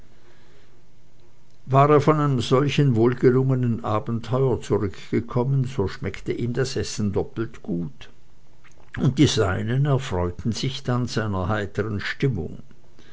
war er von einem solchen wohlgelungenen abenteuer zurückgekommen so schmeckte ihm das essen doppelt gut und die seinigen erfreuten sich dann einer heiteren stimmung